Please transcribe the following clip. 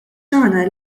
tagħna